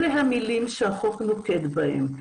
אלה המילים שהחוק נוקט בהן.